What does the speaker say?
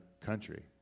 country